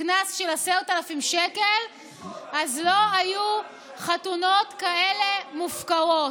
קנס של 10,000 שקל אז לא היו חתונות כאלה מופקרות.